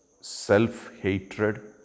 self-hatred